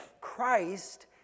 Christ